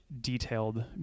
detailed